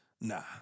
Nah